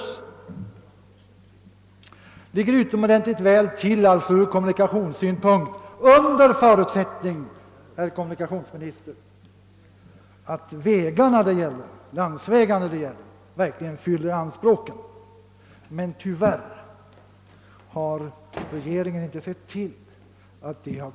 Ljusdal har det alltså utomordentligt väl förspänt kommunikationsmässigt, dock under förutsättningen att de landsvägar det gäller verkligen håller standarden. Tyvärr har dock regeringen ännu inte kunnat ordna detta.